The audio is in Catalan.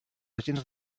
agents